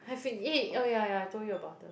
eh oh yeah yeah I told you about the